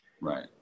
Right